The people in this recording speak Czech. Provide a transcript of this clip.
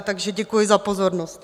Takže děkuji za pozornost.